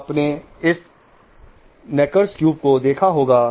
आपने इस Necker's cube को देखा होगा